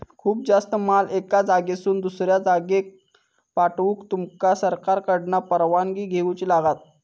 खूप जास्त माल एका जागेसून दुसऱ्या जागेक पाठवूक तुमका सरकारकडना परवानगी घेऊची लागात